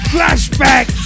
Flashback